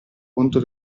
conto